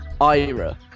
Ira